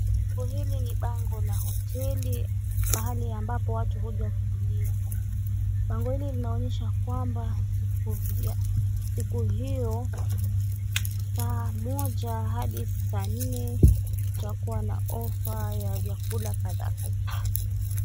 Bango hili ni bango la hoteli mahali ambapo watu huja kulia. Bango hili linaonyesha kwamba siku hiyo, saa moja hadi saa nne, kutakuwa na ofa ya vyakula kadhaa kadhaa.